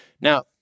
Now